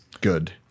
good